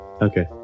Okay